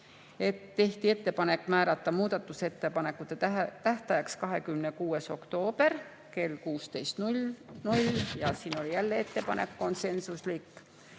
Tehti ettepanek määrata muudatusettepanekute tähtajaks 26. oktoober kell 16 ja siin oli jälle ettepanek konsensuslik.